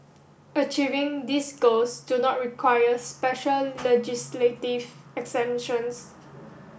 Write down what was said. achieving these goals do not require special legislative exemptions